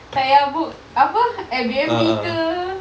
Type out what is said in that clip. tak ya book apa airbnb ke